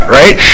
right